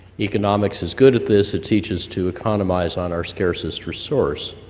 economics is good at this it teaches to economize on our scarcest resource,